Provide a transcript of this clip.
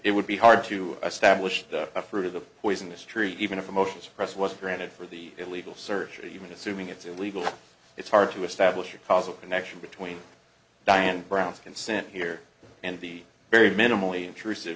it would be hard to establish the fruit of the poisonous tree even if emotions press was granted for the illegal search even assuming it's illegal it's hard to establish a causal connection between dianne brown's consent here and the very minimally intrusive